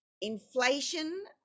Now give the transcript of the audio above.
Inflation